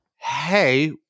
hey